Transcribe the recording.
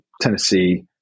Tennessee